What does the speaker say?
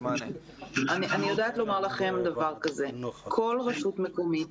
אני יודעת לומר לכם שכל רשות מקומית